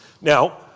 Now